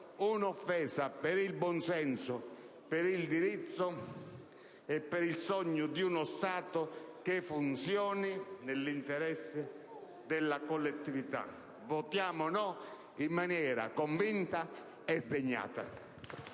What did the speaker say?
un'offesa al buon senso, al diritto e al sogno di uno Stato che funzioni nell'interesse della collettività. Votiamo no in maniera convinta e sdegnata.